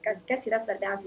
kas kas yra svarbiausia